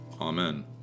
Amen